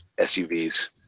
SUVs